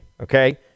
okay